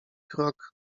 krok